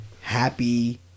happy